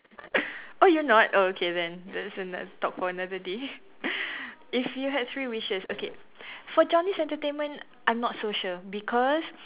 oh you not oh okay then that's another talk for another day if you had three wishes okay for Johnny's Entertainment I'm not so sure because